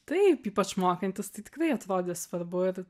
taip ypač mokantis tai tikrai atrodė svarbu ir